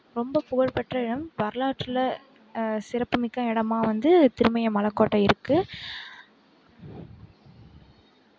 ரொம்ப புகழ்பெற்ற இடம் வரலாற்றில் சிறப்பு மிக்க இடமா வந்து திருமயம் மலக்கோட்டை இருக்கு